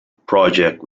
project